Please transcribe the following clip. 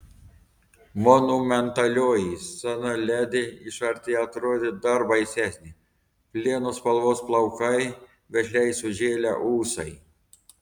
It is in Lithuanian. monumentalioji sena ledi iš arti atrodė dar baisesnė plieno spalvos plaukai vešliai sužėlę ūsai